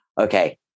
okay